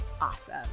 awesome